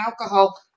alcohol